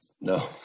no